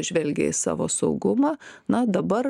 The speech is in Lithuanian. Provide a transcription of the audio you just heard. žvelgia į savo saugumą na dabar